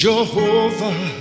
Jehovah